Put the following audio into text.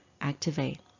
activate